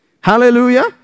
Hallelujah